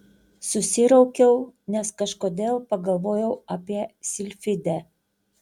susiraukiau nes kažkodėl pagalvojau apie silfidę